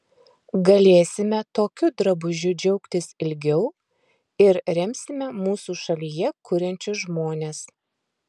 galėsime tokiu drabužiu džiaugtis ilgiau ir remsime mūsų šalyje kuriančius žmones